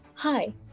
Hi